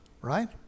Right